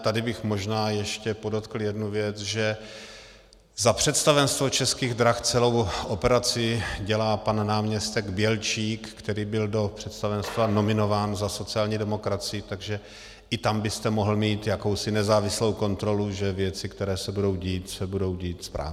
Tady bych možná ještě podotkl jednu věc, že za představenstvo Českých drah celou operaci dělá pan náměstek Bělčík, který byl do představenstva nominován za sociální demokracii, takže i tam byste mohl mít jakousi nezávislou kontrolu, že věci, které se budou dít, se budou dít správně.